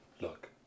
Look